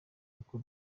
uko